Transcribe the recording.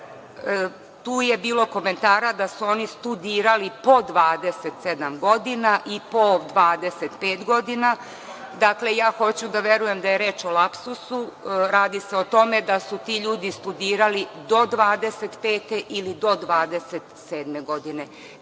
Tu je bilo komentara da su oni studirali po 27 godina i po 25 godina. Dakle, ja hoću da verujem da je reč o lapsusu. Radi se o tome da su ti ljudi studirali do 25 ili do 27 godine.